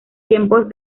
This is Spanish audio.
tiempos